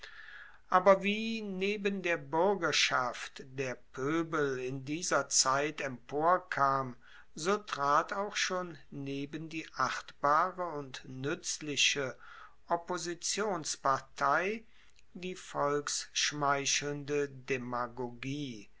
aber wie neben der buergerschaft der poebel in dieser zeit emporkam so trat auch schon neben die achtbare und nuetzliche oppositionspartei die volksschmeichelnde demagogie